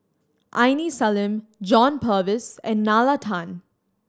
Aini Salim John Purvis and Nalla Tan